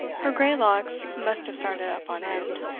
her grey locks must have started up on end,